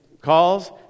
calls